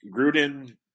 Gruden